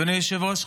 אדוני היושב-ראש,